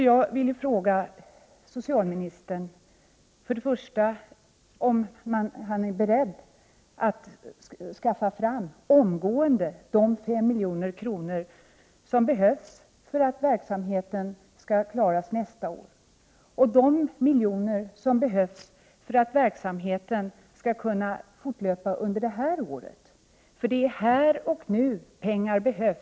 Jag vill fråga socialministern om han är beredd att omgående skaffa fram de 5 miljoner som behövs för att verksamheten skall klaras nästa år och det som behövs för att verksamheten skall kunna fortlöpa under det här året. Det är här och nu pengar behövs.